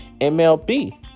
MLB